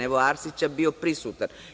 Evo Arsića, bio je prisutan.